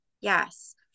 yes